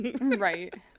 Right